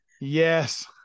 yes